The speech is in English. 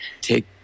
take